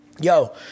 Yo